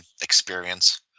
experience